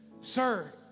sir